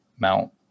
mount